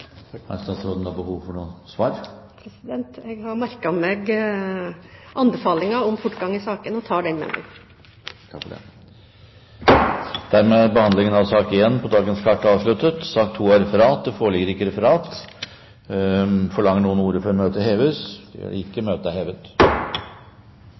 statsråden behov for å svare? Jeg har merket meg anbefalingen om fortgang i saken, og tar det med meg. Dermed er behandlingen av sak nr. 1 avsluttet. Det foreligger ikke noe referat. Forlanger noen ordet før møtet heves?